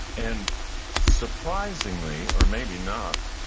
and surprisingly, or maybe not,